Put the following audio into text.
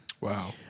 Wow